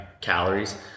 calories